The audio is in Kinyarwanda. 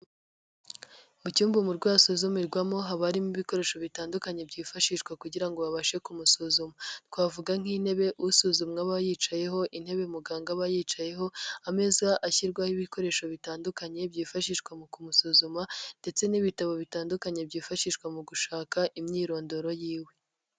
Mu cyumba umurwayi asuzumirwamo, haba harimo ibikoresho bitandukanye byifashishwa kugira ngo babashe kumusuzuma. Twavuga nk'intebe usuzumwa aba yicayeho, intebe muganga aba yicayeho, ameza ashyirwaho ibikoresho bitandukanye, byifashishwa mu kumusuzuma, ndetse n'ibitabo bitandukanye, byifashishwa mu gushaka imyirondoro yiwe.